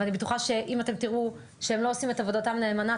ואני בטוחה שאם אתם תראו שהם לא עושים את עבודתם נאמנה,